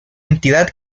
entidad